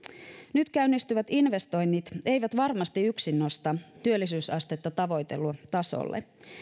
nyt käynnistyvät investoinnit eivät varmasti yksin nosta työllisyysastetta tavoitellulle tasolle